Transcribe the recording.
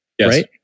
right